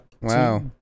Wow